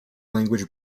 language